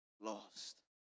lost